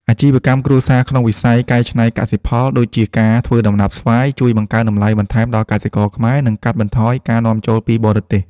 អាជីវកម្មគ្រួសារក្នុងវិស័យកែច្នៃកសិផល ដូចជាការធ្វើដំណាប់ស្វាយ ជួយបង្កើនតម្លៃបន្ថែមដល់កសិករខ្មែរ និងកាត់បន្ថយការនាំចូលពីបរទេស។